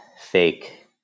fake